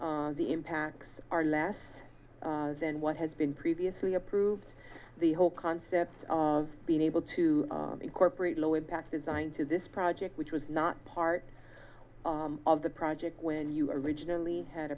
heard the impacts are less than what has been previously approved the whole concept of being able to incorporate low impact design to this project which was not part of the project when you originally had